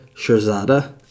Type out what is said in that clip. Shirzada